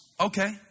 okay